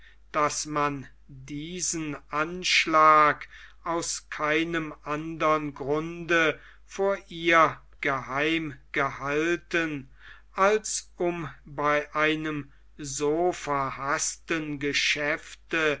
daß man diesen anschlag ans keinem andern grunde vor ihr geheim gehalten als um bei einem so verhaßten geschäfte